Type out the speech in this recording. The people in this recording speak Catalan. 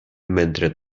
mentre